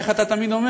איך אתה תמיד אומר?